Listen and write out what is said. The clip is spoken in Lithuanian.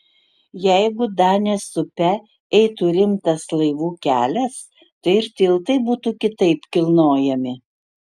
jeigu danės upe eitų rimtas laivų kelias tai ir tiltai būtų kitaip kilnojami